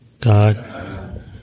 God